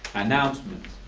announcements.